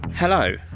Hello